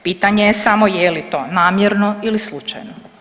Pitanje je samo je li to namjerno ili slučajno.